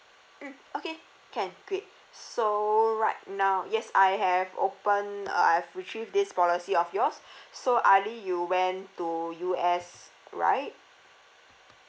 mm okay can great so right now yes I have opened uh I have retrieved this policy of yours so ali you went to U_S right